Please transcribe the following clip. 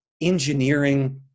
engineering